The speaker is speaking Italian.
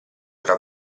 tra